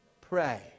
pray